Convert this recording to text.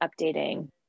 updating